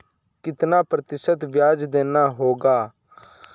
कितना प्रतिशत ब्याज देना होगा?